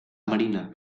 marina